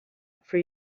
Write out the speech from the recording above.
for